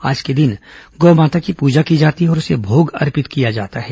आज के दिन गौ माता की पूजा की जाती है और उसे भोग अर्पित किया जाता है